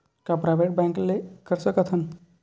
का private bank ले कर सकत हन?